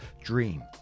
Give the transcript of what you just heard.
dream